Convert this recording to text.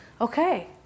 Okay